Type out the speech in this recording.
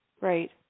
right